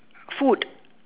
food